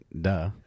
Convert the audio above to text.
duh